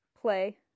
Play